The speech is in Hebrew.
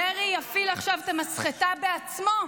דרעי יפעיל עכשיו את המסחטה בעצמו,